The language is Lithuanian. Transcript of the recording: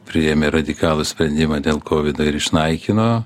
priėmė radikalų sprendimą dėl kovido ir išnaikino